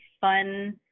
fun